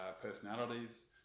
personalities